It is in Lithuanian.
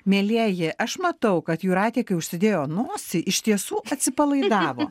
mielieji aš matau kad jūratė kai užsidėjo nosį iš tiesų atsipalaidavo